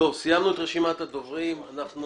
סיימנו את רשימת הדוברים -- סליחה,